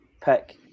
pick